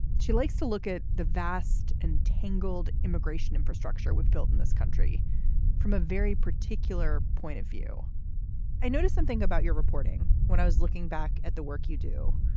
she likes to look at the vast and tangled immigration infrastructure we've built in this country from a very particular point of view i noticed something about your reporting when i was looking back at the work you do,